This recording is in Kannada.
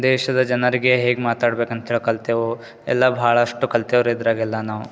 ದೇಶದ ಜನರಿಗೆ ಹೇಗೆ ಮಾತಾಡ್ಬೇಕು ಅಂತೇಳಿ ಕಲ್ತೆವು ಎಲ್ಲ ಭಾಳಷ್ಟು ಕಲ್ತೆವು ರೀ ಇದ್ರಗೆಲ್ಲ ನಾವು